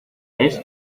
ves